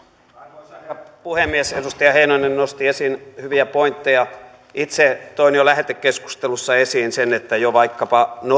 herra puhemies edustaja heinonen nosti esiin hyviä pointteja itse toin jo lähetekeskustelussa esiin sen että vaikkapa normienpurkumielessä